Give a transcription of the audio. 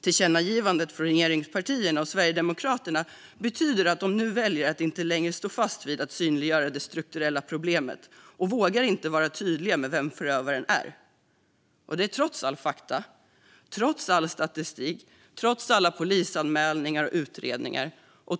Tillkännagivandet från regeringspartierna och Sverigedemokraterna betyder att man väljer att inte längre stå fast vid att synliggöra det strukturella problemet. Man vågar inte vara tydlig med vem förövaren är. Detta gör man trots all fakta, all statistik, alla polisanmälningar och utredningar.